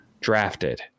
drafted